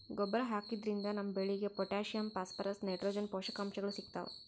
ಗೊಬ್ಬರ್ ಹಾಕಿದ್ರಿನ್ದ ನಮ್ ಬೆಳಿಗ್ ಪೊಟ್ಟ್ಯಾಷಿಯಂ ಫಾಸ್ಫರಸ್ ನೈಟ್ರೋಜನ್ ಪೋಷಕಾಂಶಗಳ್ ಸಿಗ್ತಾವ್